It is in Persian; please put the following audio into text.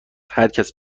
هرکس